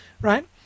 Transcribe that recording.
Right